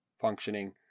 functioning